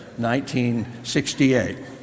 1968